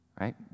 Right